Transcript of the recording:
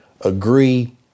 agree